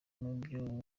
mubyo